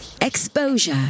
exposure